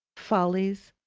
follies,